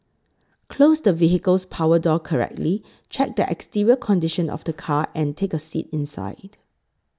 close the vehicle's power door correctly check the exterior condition of the car ans take a seat inside